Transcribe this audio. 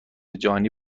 جهانی